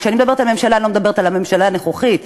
וכשאני מדברת על הממשלה אני לא מדברת על הממשלה הנוכחית,